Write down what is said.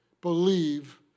believe